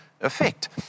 effect